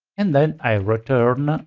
and then i return